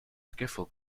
skiffle